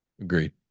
agreed